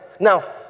Now